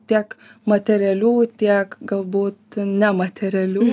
tiek materialių tiek galbūt nematerialių